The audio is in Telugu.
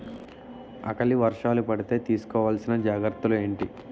ఆకలి వర్షాలు పడితే తీస్కో వలసిన జాగ్రత్తలు ఏంటి?